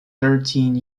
thirteen